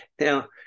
Now